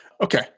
Okay